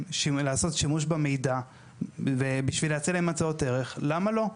להם לעשות שימוש במידע ובשביל להציע להם הצעות ערך למה לא?